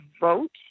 vote